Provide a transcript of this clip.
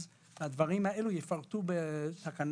אז הדברים האלה יפורטו בתקנות.